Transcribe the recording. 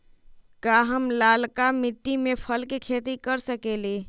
का हम लालका मिट्टी में फल के खेती कर सकेली?